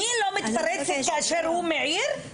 אני לא מתפרצת כאשר הוא מעיר?